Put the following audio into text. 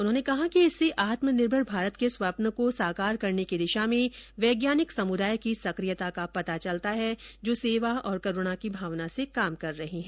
उन्होंने कहा कि इससे आत्मनिर्भर भारत के स्वप्न को साकार करने की दिशा में वैज्ञानिक समुदाय की सक्रियता का पता चलता है जो सेवा और करूणा की भावना से काम कर रहे है